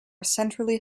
centrally